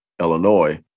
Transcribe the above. Illinois